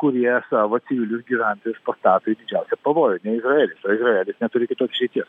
kurie savo civilius gyventojus pastato į didžiausią pavojų ne izraelis izraelis neturi kitos išeities